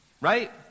Right